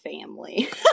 family